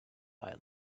island